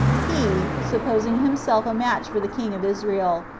he, supposing himself a match for the king of israel,